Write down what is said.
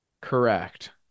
correct